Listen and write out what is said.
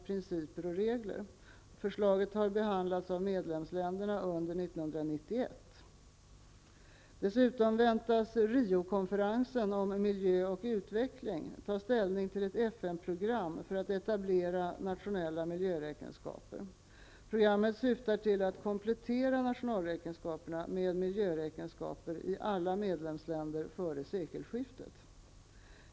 Programmet syftar till att komplettera nationalräkenskaperna med miljöräkenskaper i alla medlemsländer före sekelskiftet.